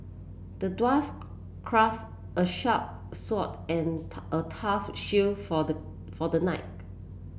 the dwarf craft a sharp sword and a tough shield for the for the knight